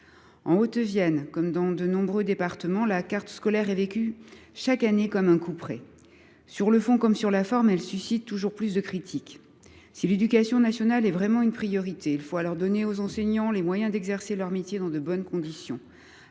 En Haute Vienne, comme dans de nombreux autres départements, la carte scolaire est vécue chaque année comme un couperet. Sur le fond comme sur la forme, elle suscite toujours plus de critiques. Si l’éduction nationale est vraiment une priorité, il faut donner aux enseignants les moyens d’exercer leur métier dans de bonnes conditions.